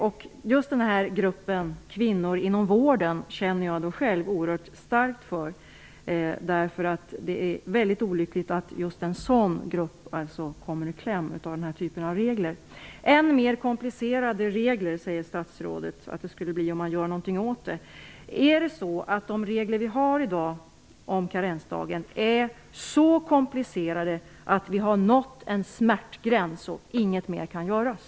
Jag känner själv oerhört starkt för den här gruppen kvinnor inom vården, därför att det är väldigt olyckligt att just en sådan grupp kommer i kläm genom den här typen av regler. Statsrådet säger att det blir än mer komplicerade regler om man gör någonting åt problemet. Är det så att de nuvarande reglerna för karensdagar är så komplicerade att vi har nått en smärtgräns och inget mer kan göras?